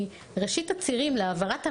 ראשית הצירים להעברת המידע,